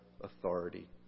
authority